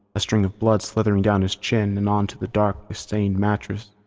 a string of blood slithering down his chest and onto the darkly stained mattress.